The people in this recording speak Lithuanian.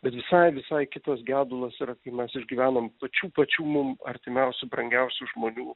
bet visai visai kitas gedulas yra kai mes išgyvenam pačių pačių mum artimiausių brangiausių žmonių